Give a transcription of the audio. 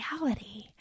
reality